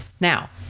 Now